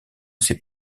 ses